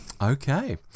Okay